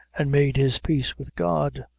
and made his peace with god,